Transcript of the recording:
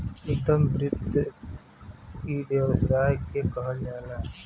उद्यम वृत्ति इ व्यवसाय के कहल जाला